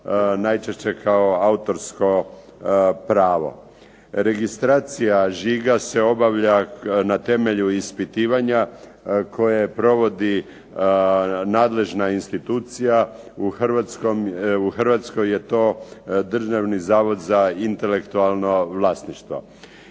najčešće kao autorsko pravo. Registracija žiga se obavlja na temelju ispitivanja koje provodi nadležna institucija. U Hrvatskoj je to Državni zavod za intelektualno vlasništvo.